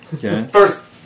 First